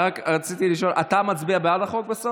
רק רציתי לשאול, בסוף אתה מצביע בעד החוק?